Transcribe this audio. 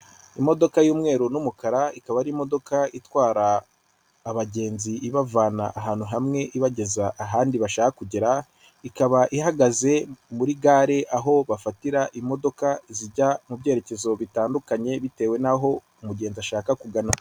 Imodoka y'umweru n'umukara ikaba ari imodoka itwara abagenzi ibavana ahantu hamwe ibageza ahandi bashaka kugera, ikaba ihagaze muri gare aho bafatira imodoka zijya mu byerekezo bitandukanye, bitewe n'aho umugenzi ashaka kugana.